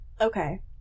Okay